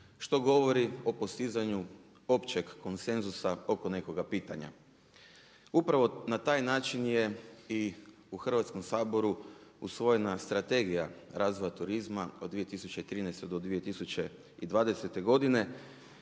što govori o postizanju općeg konsenzusa oko nekoga pitanja. Upravo na taj način je i u Hrvatskom saboru usvojena Strategija razvoja turizma od 2013. do 2020. godine